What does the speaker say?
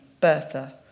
Bertha